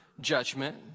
judgment